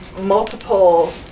multiple